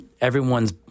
everyone's